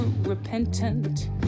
repentant